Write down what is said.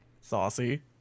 Saucy